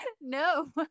no